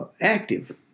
active